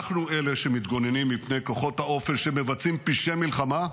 אנחנו אלה שמתגוננים מפני כוחות האופל שמבצעים פשעי מלחמה,